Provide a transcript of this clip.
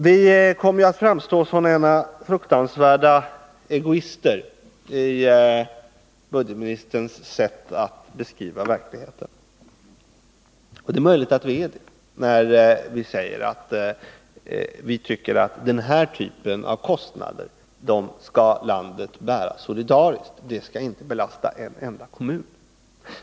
Vi kommer att framstå som fruktansvärda egoister — med budgetministerns sätt att beskriva verkligheten. Och det är möjligt att vi är det när vi säger att vi tycker att det här landet solidariskt skall bära den här typen av kostnader, de skall inte belasta en enda kommun.